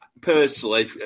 personally